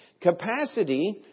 Capacity